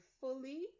fully